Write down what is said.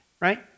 Right